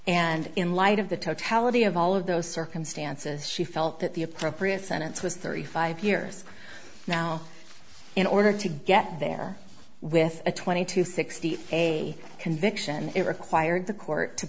and in light of the totality of all of those circumstances she felt that the appropriate sentence was thirty five years now in order to get there with a twenty to sixty a conviction it required the court to